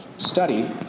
study